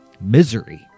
Misery